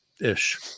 ish